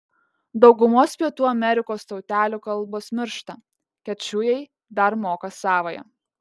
daugumos pietų amerikos tautelių kalbos miršta kečujai dar moka savąją